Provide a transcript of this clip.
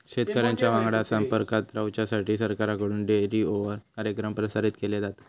शेतकऱ्यांच्या वांगडा संपर्कात रवाच्यासाठी सरकारकडून रेडीओवर कार्यक्रम प्रसारित केले जातत